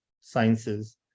sciences